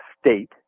state